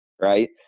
Right